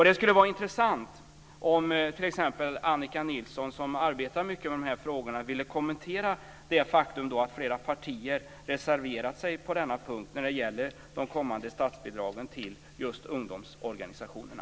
Det skulle vara intressant om t.ex. Annika Nilsson, som arbetar mycket med dessa frågor, ville kommentera det faktum att flera partier har reserverat sig på denna punkt när det gäller de kommande statsbidragen till just ungdomsorganisationerna.